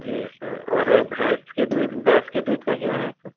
जी sir और भैंस के दूध भैंस के दूध का क्या है सर